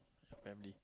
your family